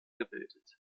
gebildet